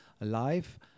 life